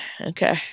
Okay